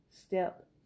step